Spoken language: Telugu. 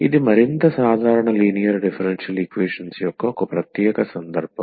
ఇది మరింత సాధారణ లీనియర్ డిఫరెన్షియల్ ఈక్వేషన్స్ యొక్క ఒక ప్రత్యేక సందర్భం